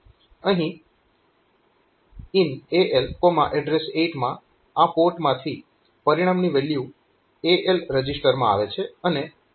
અહીં IN ALaddr8 માં આ પોર્ટમાંથી પરિણામની વેલ્યુ AL રજીસ્ટરમાં આવે છે